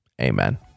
Amen